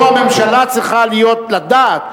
פה הממשלה צריכה לדעת,